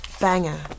banger